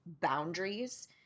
boundaries